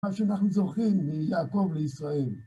מה שאנחנו זוכים מיעקב לישראל.